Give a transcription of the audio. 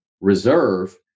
reserve